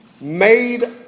made